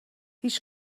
هیچ